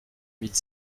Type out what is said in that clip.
mille